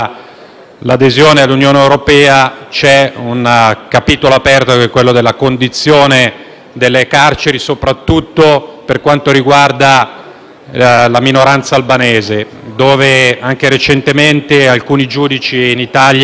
l'adesione all'Unione europea: c'è un capitolo aperto che riguarda la condizione delle carceri, soprattutto per quanto riguarda la minoranza albanese. Anche recentemente alcuni giudici in Italia